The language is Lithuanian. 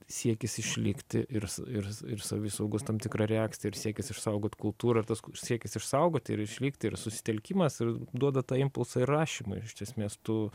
siekis išlikti ir ir ir savisaugos tam tikra reakcija ir siekis išsaugot kultūrą ir tas siekis išsaugoti ir išlikti ir susitelkimas ir duoda tą impulsą ir rašymui iš esmės tu